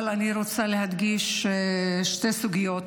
אבל אני רוצה להדגיש שתי סוגיות.